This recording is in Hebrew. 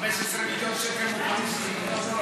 15 מיליון שקל, יהודה,